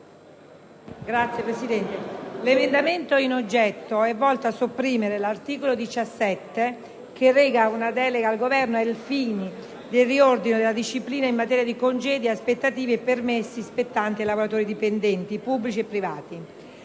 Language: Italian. Signor Presidente, l'emendamento 17.1 è volto a sopprimere l'articolo 17, che reca una delega al Governo ai fini del riordino della disciplina in materia di congedi, aspettative e permessi spettanti ai lavoratori dipendenti pubblici e privati.